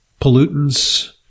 pollutants